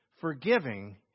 Forgiving